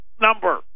number